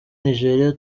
nigeria